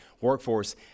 workforce